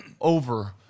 over